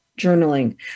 journaling